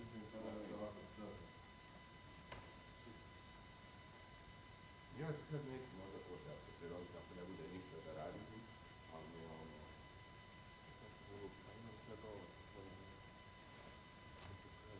Hvala vam na